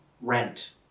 Rent